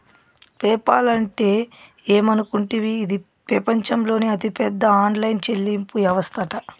PayPal అంటే ఏమనుకుంటివి, ఇది పెపంచంలోనే అతిపెద్ద ఆన్లైన్ చెల్లింపు యవస్తట